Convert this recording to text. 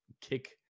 Kick